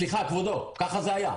סליחה, כבודו, ככה זה היה.